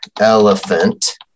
elephant